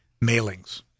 mailings